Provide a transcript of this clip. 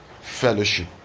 fellowship